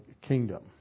kingdom